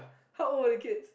how old are the kids